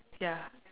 ya